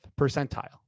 percentile